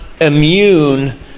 immune